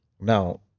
now